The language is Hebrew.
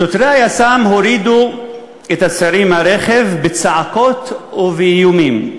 שוטרי היס"מ הורידו את הצעירים מהרכב בצעקות ובאיומים.